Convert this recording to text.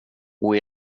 och